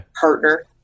partner